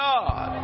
God